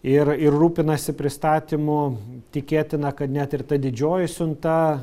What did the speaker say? ir ir rūpinasi pristatymu tikėtina kad net ir ta didžioji siunta